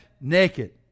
naked